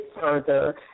further